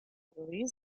kategorie